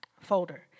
folder